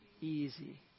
easy